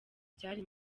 byari